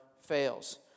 fails